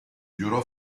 giurò